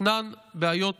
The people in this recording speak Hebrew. ישנן בעיות